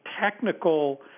technical